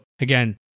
again